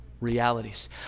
realities